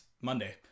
Monday